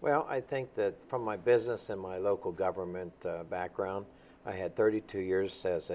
well i think that from my business in my local government background i had thirty two years as